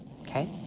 okay